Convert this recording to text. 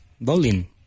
bowling